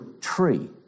tree